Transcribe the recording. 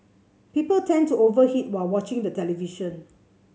people tend to over eat while watching the television